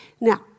Now